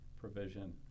provision